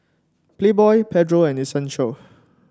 Playboy Pedro and Essential